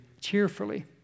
cheerfully